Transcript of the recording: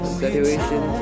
situation